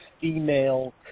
female